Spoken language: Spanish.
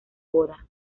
boda